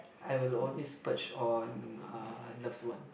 I will always splurge on uh loves one